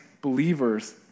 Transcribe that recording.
believers